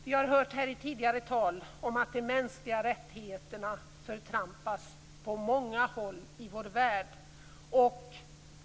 Vi har hört här i tidigare tal att de mänskliga rättigheterna förtrampas på många håll i vår värld.